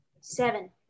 Seven